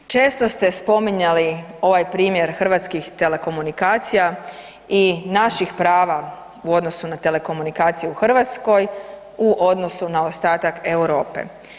Često ste spominjali ovaj primjer hrvatskih telekomunikacija i naših prava u odnosu na telekomunikacije u Hrvatskoj u odnosu na ostatak Europe.